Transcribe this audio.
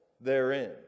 therein